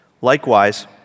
Likewise